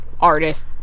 artist